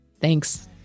Thanks